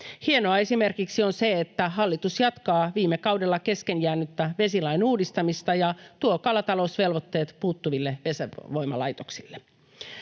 Hienoa esimerkiksi on se, että hallitus jatkaa viime kaudella kesken jäänyttä vesilain uudistamista ja tuo kalatalousvelvoitteet puuttuville vesivoimalaitoksille.